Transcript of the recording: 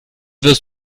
wirst